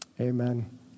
amen